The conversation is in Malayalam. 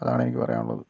അതാണ് എനിക്ക് പറയാനുള്ളത്